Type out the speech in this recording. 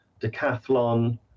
decathlon